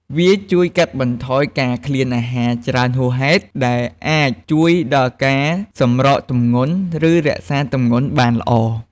វាជួយកាត់បន្ថយការឃ្លានអាហារច្រើនហួសហេតុ ដែលអាចជួយដល់ការសម្រកទម្ងន់ ឬរក្សាទម្ងន់បានល្អ។